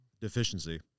deficiency